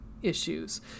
issues